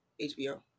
HBO